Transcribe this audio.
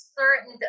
certain